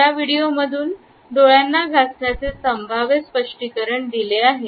या व्हिडीओ मधून डोळ्यांना घासण्याचे संभाव्य स्पष्टीकरण दिले आहे